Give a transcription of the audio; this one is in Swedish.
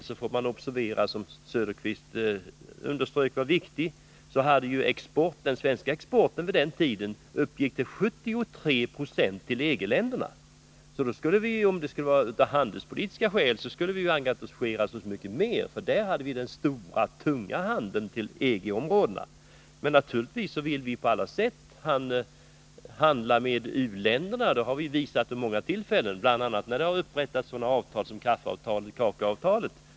I det sammanhanget vill jag påpeka att i början på 1970-talet, då vi tog ställning till ett medlemskap i EG, var den svenska exporten till EG-länderna 73 20. Om vi bara hade tagit handelspolitiska hänsyn skulle vi alltså ha engagerat oss mycket mer, eftersom vi hade den stora handeln med just EG-området. Men naturligtvis vill vi handla med u-länderna. Det har vi visat vid många tillfällen, bl.a. när det har upprättats sådana avtal som kaffeoch kakaoavtalen.